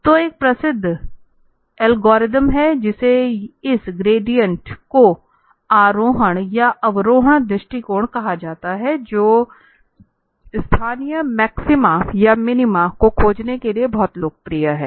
तो एक प्रसिद्ध एल्गोरिथ्म है जिसे इस ग्रेडिएंट को आरोहण या अवरोहण दृष्टिकोण कहा जाता है जो स्थानीय मैक्सिमा और मिनिमा को खोजने के लिए बहुत लोकप्रिय है